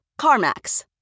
CarMax